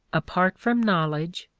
apart from knowledge,